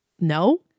no